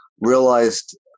realized